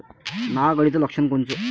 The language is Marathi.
नाग अळीचं लक्षण कोनचं?